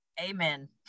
Amen